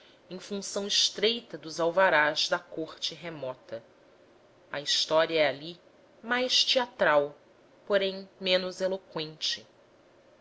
em função estreita dos alvarás da corte remota a história é ali mais teatral porém menos eloqüente